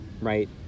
right